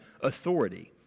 authority